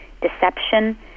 deception